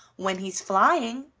when he's flying,